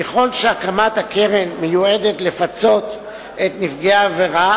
ככל שהקמת הקרן מיועדת לפצות את נפגעי העבירה,